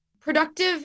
Productive